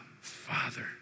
Father